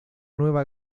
nueva